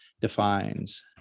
defines